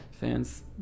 fans